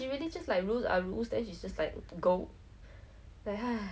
and then I said like I took picture of the cell lah cause it look cool mah